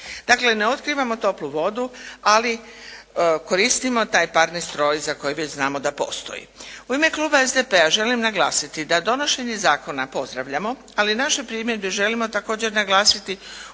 Dakle, ne otkrivamo toplu vodu, ali koristimo taj parni stroj za koji već znamo da postoji. U ime kluba SDP-a želim naglasiti da donošenje zakona pozdravljamo, ali naše primjedbe želimo također naglasiti